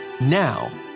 Now